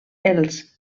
els